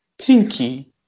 pinky